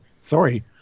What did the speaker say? Sorry